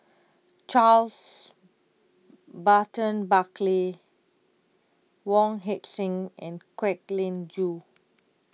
Charles Burton Buckley Wong Heck Sing and Kwek Leng Joo